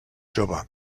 jove